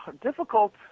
Difficult